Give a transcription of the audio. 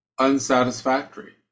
unsatisfactory